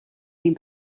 این